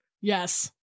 Yes